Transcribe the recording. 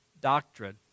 doctrine